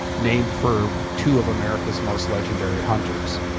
named for two of america's most legendary hunters.